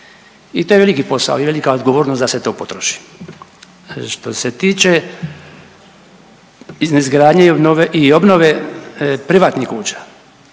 i to je veliki posao i velika odgovornost da se to potroši. Što se tiče biznis gradnje i obnove privatnih kuća